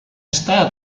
està